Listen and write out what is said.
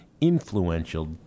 influential